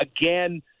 Again